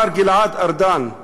מר גלעד ארדן: